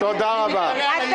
הליכוד בורח.